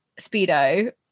speedo